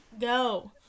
go